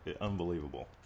unbelievable